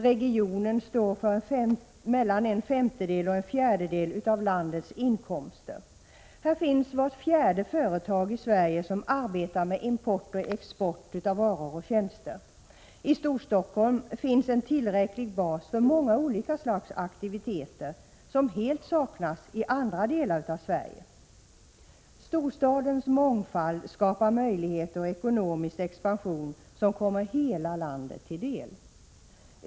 Regionen står för mellan en femtedel och en fjärdedel av landets inkomster. Här finns vart fjärde företag i Sverige som arbetar med import och export av varor och tjänster. I Storstockholm finns en tillräcklig bas för många olika slags aktiviteter, som helt saknas i andra delar av Sverige. Storstadens mångfald skapar möjligheter och ekonomisk expansion som kommer hela landet till del.